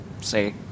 say